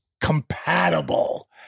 compatible